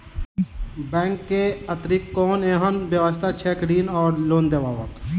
Bank केँ अतिरिक्त कोनो एहन व्यवस्था छैक ऋण वा लोनदेवाक?